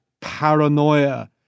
paranoia